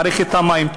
מערכת המים,